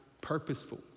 purposeful